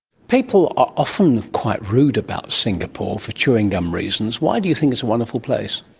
people are often quite rude about singapore, for chewing gum reasons. why do you think it's a wonderful place?